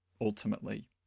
ultimately